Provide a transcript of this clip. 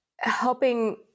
helping